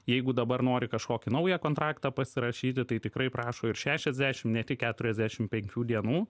jeigu dabar nori kažkokį naują kontraktą pasirašyti tai tikrai prašo ir šešiasdešim ne tik keturiasdešim penkių dienų